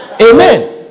Amen